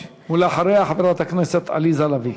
ולאחריה, חברת הכנסת עליזה לביא.